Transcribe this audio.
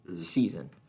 season